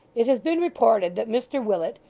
it has been reported that mr willet,